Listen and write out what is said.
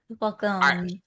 Welcome